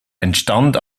entstand